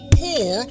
poor